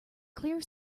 clear